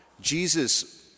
Jesus